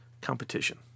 competition